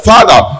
Father